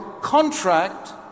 contract